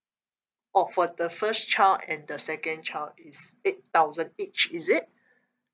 oh for the first child and the second child is eight thousand each is it